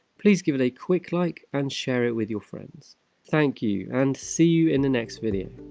please give it a quick like and share it with your friends thank you, and see you in the next video